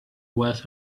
was